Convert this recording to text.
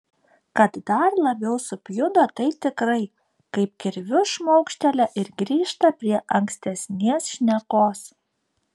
kad dar labiau supjudo tai tikrai kaip kirviu šmaukštelia ir grįžta prie ankstesnės šnekos